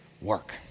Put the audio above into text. work